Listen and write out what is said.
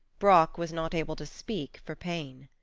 brock was not able to speak for pain.